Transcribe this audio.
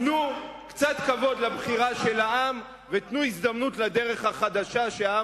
תנו קצת כבוד לבחירה של העם ותנו הזדמנות לדרך החדשה שהעם